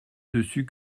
dessus